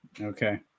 Okay